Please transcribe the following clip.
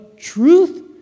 truth